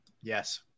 Yes